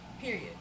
Period